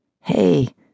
Hey